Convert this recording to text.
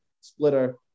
splitter